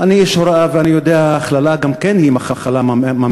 אני איש הוראה ואני יודע: הכללה גם היא מחלה ממארת,